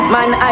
Man